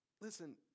Listen